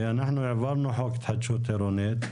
שאנחנו הורדנו חוק התחדשות עירונית,